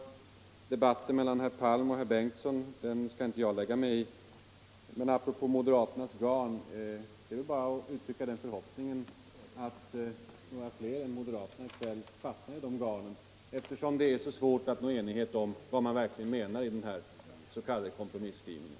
Debatten mellan herr Palm och herr Bengtson skall jag inte lägga mig i. Men apropå moderaternas famn vill jag uttrycka förhoppningen att fler låter sig omfamnas, eftersom det är så svårt att nå enighet om vad man menar med den s.k. kompromisslinjen.